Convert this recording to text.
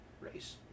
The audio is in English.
Race